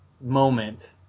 moment